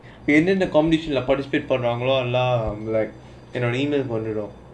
within the competition or participate for lah emails only lah